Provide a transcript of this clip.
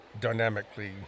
dynamically